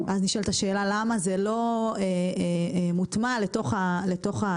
אז נשאלת השאלה למה זה לא מוטמע לתוך התעשייה?